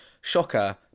shocker